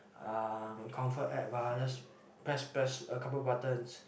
uh comfort app ah just press press a couple of buttons